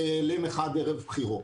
ליל אחד ערב הבחירות.